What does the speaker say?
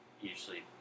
usually